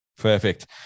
perfect